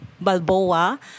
Balboa